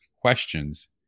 questions